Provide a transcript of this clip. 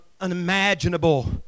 unimaginable